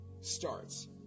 starts